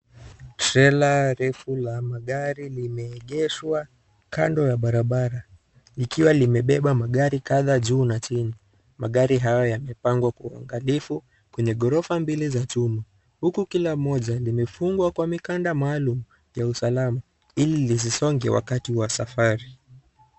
Trela refu la magari limeegeshwa kando ya barabara likiwa limebeba magari kadhaa, juu na chini magari hayo yamepangwa kwa uangalifu kwenye ghorofa mbili za chuma, huku kila moja limefungwa kwa mikanda maalum ya usalama ili lisisonge wakati wa safari.